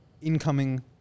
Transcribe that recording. incoming